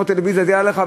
לקנות טלוויזיה היה לך,